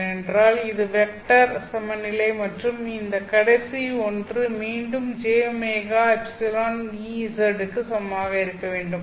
ஏனென்றால் இது வெக்டர் சமநிலை மற்றும் இந்த கடைசி ஒன்று மீண்டும் jωεEz க்கு சமமாக இருக்க வேண்டும்